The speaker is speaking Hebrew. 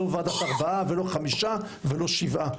לא ועדת ארבעה ולא חמישה ולא שבעה.